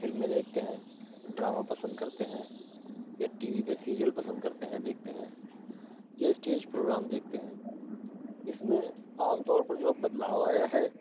فلمیں دیکھتے ہیں ڈراما پسند کرتے ہیں یا ٹی وی پہ سیریل پسند کرتے ہیں دیکھتے ہیں یا اسٹیج پروگرام دیکھتے ہیں اس میں عام طور پر جو بدلاؤ آیا ہے